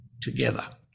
together